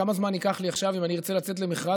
כמה זמן ייקח לי עכשיו אם אני ארצה לצאת למכרז